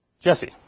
Jesse